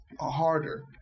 harder